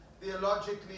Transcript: theologically